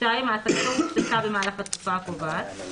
(2)העסקתו הופסקה במהלך התקופה הקובעת,